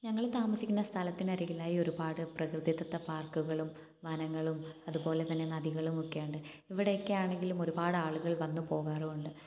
ഞങ്ങൾ താമസിക്കുന്ന സ്ഥലത്തിന് അരികിലായി ഒരുപാട് പ്രകൃതിദത്ത പാർക്കുകളും വനങ്ങളും അതുപോലെ തന്നെ നദികളും ഒക്കെയുണ്ട് ഇവിടെയൊക്കെ ആണെങ്കിലും ഒരുപാട് ആളുകൾ വന്നു പോകാറും ഉണ്ട്